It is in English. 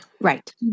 Right